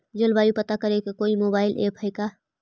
जलवायु पता करे के कोइ मोबाईल ऐप है का?